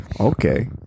okay